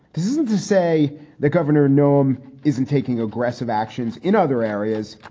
this isn't to say that governor nome isn't taking aggressive actions in other areas.